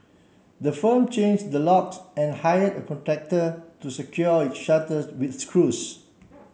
the firm changed the locks and hired a contractor to secure its shutter with screws